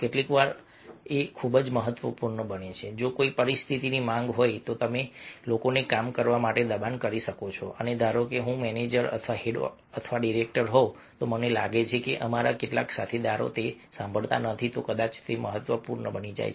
કેટલીકવાર આ પણ ખૂબ જ મહત્વપૂર્ણ છે કે જો કોઈ પરિસ્થિતિની માંગ હોય તો અમે લોકોને કામ કરાવવા માટે દબાણ કરી શકીએ ધારો કે જો હું મેનેજર અથવા હેડ અથવા ડિરેક્ટર હોઉં અને મને લાગે છે કે અમારા કેટલાક સાથીદારો સાંભળતા નથી તો કદાચ તે મહત્વપૂર્ણ બની જાય છે